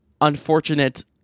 unfortunate